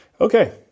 okay